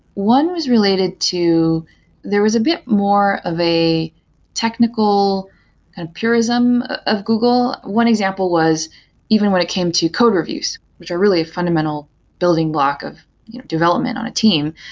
one was re lated to there was a bit more of a technical and purism of google. one example was even when it came to code reviews, which are really a fundamental building block of development on a team.